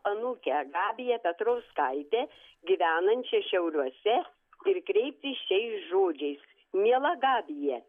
anūkę gabiją petrauskaitę gyvenančią šiauliuose ir kreiptis šiais žodžiais miela gabija